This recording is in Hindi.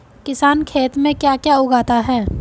किसान खेत में क्या क्या उगाता है?